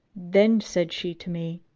then said she to me,